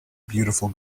beautiful